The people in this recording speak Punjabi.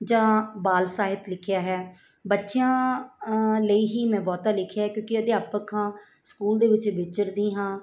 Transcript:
ਜਾਂ ਬਾਲ ਸਾਹਿਤ ਲਿਖਿਆ ਹੈ ਬੱਚਿਆਂ ਲਈ ਹੀ ਮੈਂ ਬਹੁਤਾ ਲਿਖਿਆ ਕਿਉਂਕਿ ਅਧਿਆਪਕ ਹਾਂ ਸਕੂਲ ਦੇ ਵਿੱਚ ਵਿਚਰਦੀ ਹਾਂ